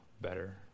better